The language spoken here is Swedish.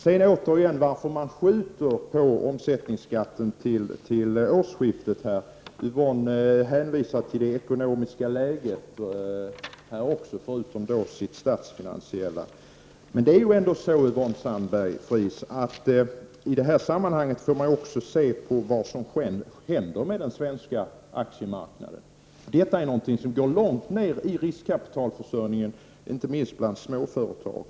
Vad återigen gäller anledningen till att beslutet om omsättningsskatten skjuts upp till årsskiftet hänvisar Yvonne Sandberg-Fries förutom till det statsfinansiella läget också till det ekonomiska läget i stort. Men man måste ändå, Yvonne Sandberg-Fries, i det här sammanhanget också studera vad som händer med den svenska aktiemarknaden. Man får effekter långt ned i riskkapitialförsörjningen, inte minst bland småföretagen.